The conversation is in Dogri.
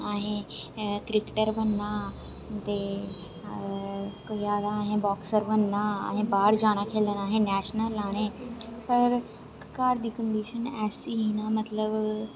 असें क्रिकेटर बनना ते कोई आखदा असें बाॅक्सर बनना असें बाहर जाना खेलन असें नेशनल लाने पर घर दी कंडीशन ऐसी ही ना मतलब